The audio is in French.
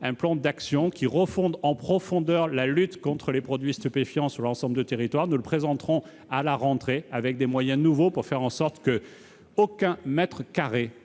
un plan d'action qui refonde en profondeur la lutte contre les produits stupéfiants sur l'ensemble du territoire ; nous le présenterons à la rentrée avec des moyens nouveaux. Aucun mètre carré